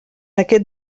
aquest